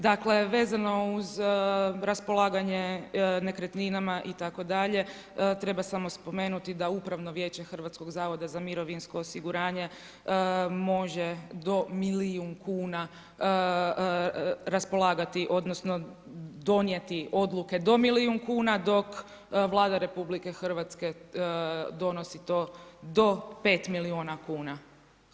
Dakle, vezano uz raspolaganje nekretninama itd. treba samo spomenuti da Upravno vijeće Hrvatskog zavoda za mirovinsko osiguranje može do milijun kuna raspolagati, odnosno donijeti odluke do milijun kuna dok Vlada RH donosi to do 5 milijuna kuna.